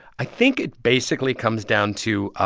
i think it basically comes down to